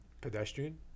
Pedestrian